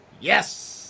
yes